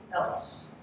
else